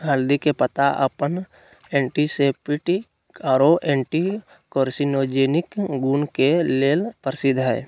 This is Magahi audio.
हल्दी के पत्ता अपन एंटीसेप्टिक आरो एंटी कार्सिनोजेनिक गुण के लेल प्रसिद्ध हई